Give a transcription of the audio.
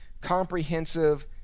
comprehensive